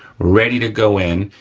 ready to go in,